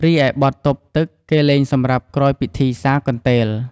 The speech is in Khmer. រីឯបទទប់ទឺក គេលេងសម្រាប់ក្រោយពិធីសាកន្ទេល។